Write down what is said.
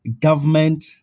government